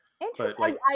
Interesting